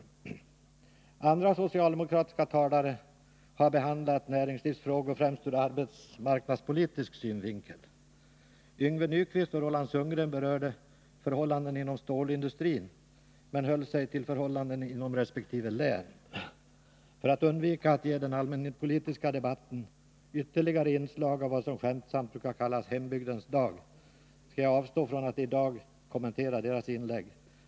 j Andra socialdemokratiska talare har behandlat näringslivsfrågor ur främst arbetsmarknadspolitisk synvinkel. Yngve Nyquist och Roland Sundgren berörde förhållandena inom stålindustrin, men höll sig till resp. län. För att undvika i den allmänpolitiska debatten ytterligare inslag av vad som skämtsamt brukar kallas hembygdens dag, skall jag avstå från att i dag kommentera deras inlägg.